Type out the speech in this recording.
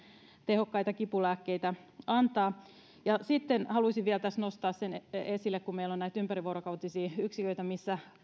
tehokkaita kipulääkkeitä antaa sitten haluaisin vielä tässä nostaa sen esille että kun meillä on näitä ympärivuorokautisia yksiköitä missä